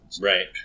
Right